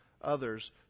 others